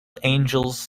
angels